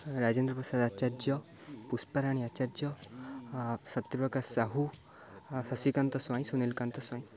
Rajendra Prasad Acharya Pushparani Acharya Satyaprakash Sahu Shashikant Swain Sunilkant Swain